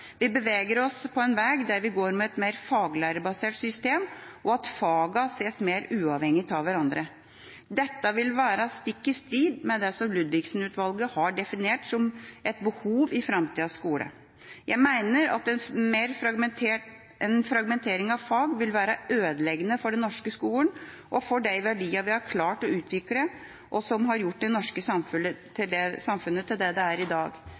Vi beveger oss på en vei der vi går mot et mer faglærerbasert system, og at fagene ses mer uavhengig av hverandre. Dette vil være stikk i strid med det som Ludvigsen-utvalget har definert som et behov i framtidas skole. Jeg mener at en fragmentering av fag vil være ødeleggende for den norske skolen og for de verdiene vi har klart å utvikle, som har gjort det norske samfunnet til det det er i dag.